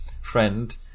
friend